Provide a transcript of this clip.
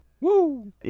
Woo